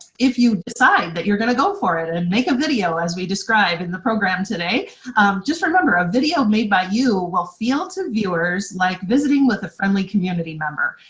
if you decide that you're gonna go for it and make a video as we describe in the program today just remember a video made by you will feel to viewers like visiting with a friendly community member,